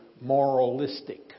moralistic